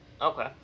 Okay